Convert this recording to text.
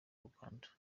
uganda